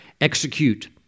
execute